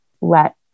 let